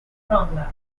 ronda